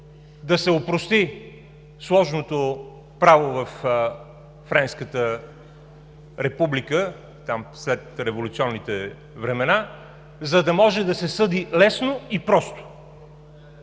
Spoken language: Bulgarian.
да се опрости сложното право във Френската република след революционните времена, за да може да се съди лесно и просто.